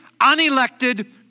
unelected